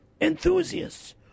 enthusiasts